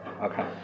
Okay